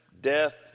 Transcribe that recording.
death